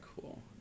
cool